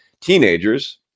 teenagers